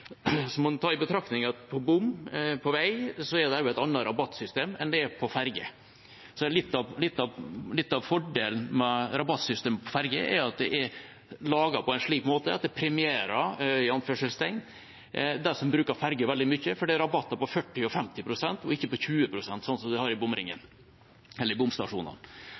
må en ta i betraktning at til bom på vei er det et annet rabattsystem enn det er på ferger. Litt av fordelen med rabattsystemet på ferger er at det er laget på en slik måte at det «premierer» dem som bruker ferger veldig mye, for det er rabatter på 40 og 50 pst., ikke på 20 pst., som en har i